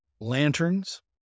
lanterns